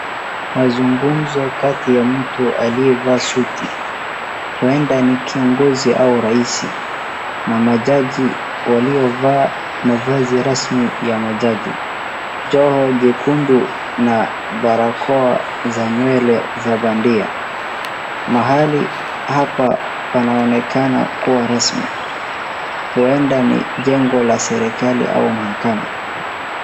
Mazungumzo kati ya mtu aliyevaa suti, huenda ni kiongozi au raisi, na majaji waliovaa mavazi rasmi ya majaji, joho jekundu na barakoa za nywele za bandia. Mahali hapa panaonekana kuwa rasmi, huenda ni jengo la serikali au mahakama.